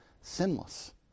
sinless